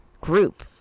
group